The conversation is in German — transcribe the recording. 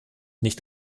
nicht